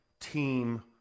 team